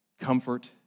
comfort